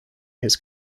his